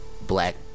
black